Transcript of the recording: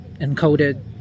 encoded